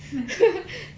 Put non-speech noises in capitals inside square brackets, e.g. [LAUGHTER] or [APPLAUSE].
[LAUGHS]